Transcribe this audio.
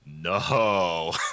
No